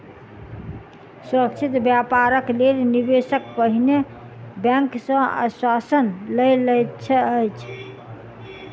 सुरक्षित व्यापारक लेल निवेशक पहिने बैंक सॅ आश्वासन लय लैत अछि